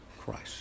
Christ